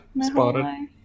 Spotted